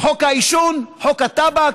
חוק העישון, חוק הטבק,